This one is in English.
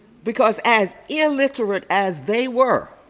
because as illiterate as they were